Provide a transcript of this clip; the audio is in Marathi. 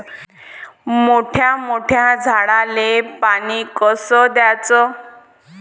मोठ्या मोठ्या झाडांले पानी कस द्याचं?